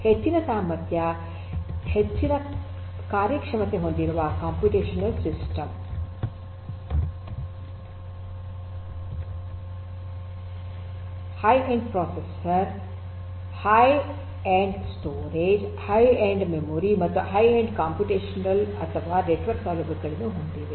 ಹೆಚ್ಚಿನ ಸಾಮರ್ಥ್ಯ ಹೆಚ್ಚಿನ ಕಾರ್ಯಕ್ಷಮತೆ ಹೊಂದಿರುವ ಕಂಪ್ಯೂಟೇಶನಲ್ ಸಿಸ್ಟಂ ಗಳು high end processor high end storage high end memory ಮತ್ತು ಹೈ ಎಂಡ್ ಕಂಪ್ಯೂಟೇಶನಲ್ ಅಥವಾ ನೆಟ್ವರ್ಕ್ ಸೌಲಭ್ಯಗಳನ್ನು ಹೊಂದಿದೆ